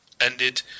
ended